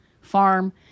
farm